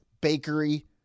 Bakery